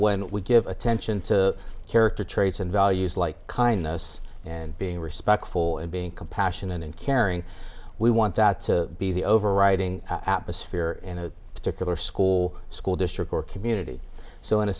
when we give attention to character traits and values like kindness and being respectful and being compassionate and caring we want that to be the overriding atmosphere in a particular school school district or community so in a